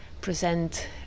present